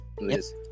Yes